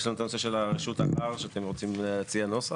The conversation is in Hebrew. יש לנו את הנושא של רשות ערר שאתם רוצים להציע נוסח,